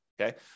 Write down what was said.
okay